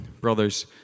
brothers